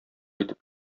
итеп